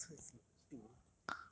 一辆车你神经病